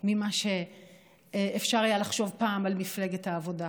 ממה שאפשר היה לחשוב פעם על מפלגת העבודה,